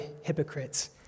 hypocrites